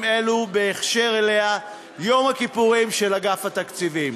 אלו בקשר אליה: "יום הכיפורים של אגף התקציבים".